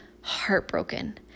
heartbroken